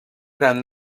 gran